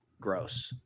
gross